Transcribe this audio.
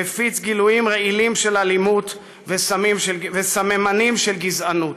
הוא מפיץ גילויים רעילים של אלימות וסממנים של גזענות.